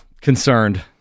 Concerned